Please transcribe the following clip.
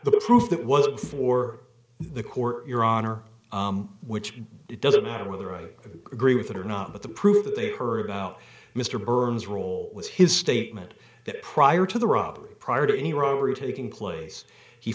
the proof that was before the court your honor which it doesn't matter whether i agree with it or not but the proof that they heard about mr burns role was his statement that prior to the robbery prior to any robbery taking place he